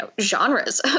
genres